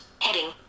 Heading